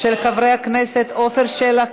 של חברי הכנסת עפר שלח,